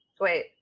Wait